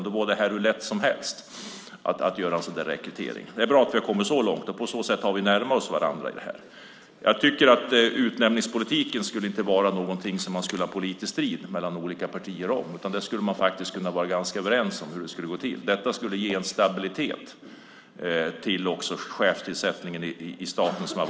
Då var det hur lätt som helst att göra en sådan rekrytering. Det är bra att vi har kommit så långt och närmat oss varandra i detta. Utnämningspolitiken borde inte vara något som föranleder politisk strid mellan olika partier. Där skulle man kunna vara ganska överens om hur det ska gå till. Det skulle ge en stabilitet till chefstillsättning inom staten.